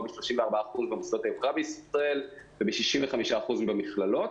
ב-34% במוסדות היוקרה בישראל וב-65% במכללות.